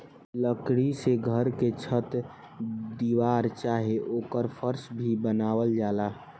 लकड़ी से घर के छत दीवार चाहे ओकर फर्स भी बनावल जाला